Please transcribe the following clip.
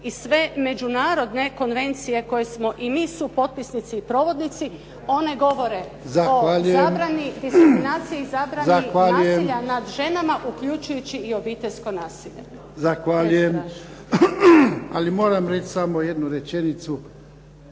i sve međunarodne konvencije koje smo i mi supotpisnici i provodnici, one govore o zabrani, diskriminaciji i zabrani nasilja nad ženama uključujući i obiteljsko nasilje. **Jarnjak, Ivan (HDZ)** Zahvaljujem. Ali moram reći samo jednu rečenicu.